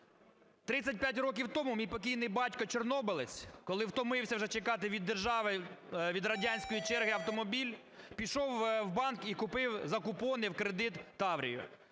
35 років тому мій покійний батько-чорнобилець, коли втомився вже чекати від держави, від радянської черги автомобіль, пішов в банк і купив за купони в кредит "Таврію".